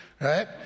right